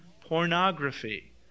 Pornography